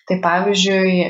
tai pavyzdžiui